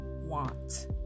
want